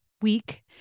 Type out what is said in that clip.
week